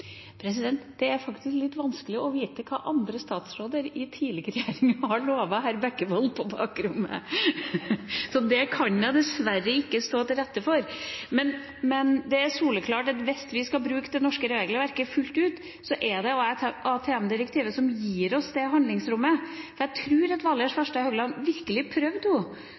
Det er faktisk litt vanskelig å vite hva andre statsråder i tidligere regjeringer har lovet herr Bekkevold på bakrommet. Det kan jeg dessverre ikke stå til rette for. Det er soleklart at hvis vi skal bruke det norske regelverket fullt ut, er det AMT-direktivet som gir oss det handlingsrommet. Jeg tror Valgerd Svarstad Haugland, da hun var kulturminister, virkelig